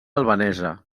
albanesa